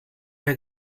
der